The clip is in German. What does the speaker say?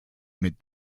mit